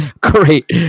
great